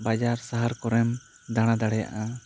ᱵᱟᱡᱟᱨ ᱥᱟᱦᱟᱨ ᱠᱚᱨᱮᱢ ᱫᱟᱬᱟ ᱫᱟᱲᱮᱭᱟᱜᱼᱟ